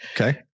Okay